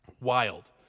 Wild